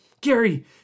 Gary